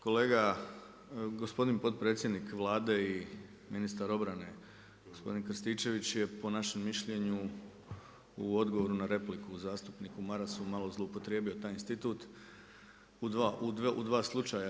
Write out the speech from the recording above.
Kolega, gospodin potpredsjednik Vlade i ministar obrane gospodin Krstičević je po našem mišljenju u odboru na repliku zastupniku Marasu malo zloupotrijebio taj institut u 2 slučaja.